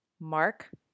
Mark